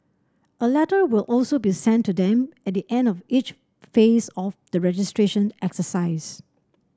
a letter will also be sent to them at the end of each phase of the registration exercise